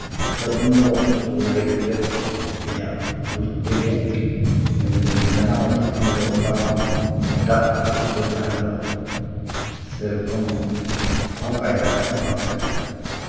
ᱟᱫᱚ ᱩᱱᱫᱚ ᱨᱩᱣᱟᱹᱲ ᱦᱮᱡ ᱠᱟᱛᱮ ᱤᱧᱟᱹᱜ ᱵᱩᱡᱽ ᱛᱮᱜᱮ ᱢᱮᱱᱫᱟᱹᱧ ᱡᱟᱱᱟᱢ ᱟᱛᱳ ᱠᱷᱚᱱᱫᱚ ᱚᱠᱟ ᱦᱚᱸ ᱮᱴᱟᱜ ᱟᱛᱳ ᱠᱚᱨᱮᱜ ᱛᱟᱦᱮᱱ ᱫᱚ ᱥᱮᱭ ᱨᱚᱠᱚᱢ ᱦᱚᱸᱠ ᱟᱹᱭᱫᱟᱹᱨ ᱦᱚᱸ ᱵᱟᱝ ᱛᱟᱦᱮᱱᱟ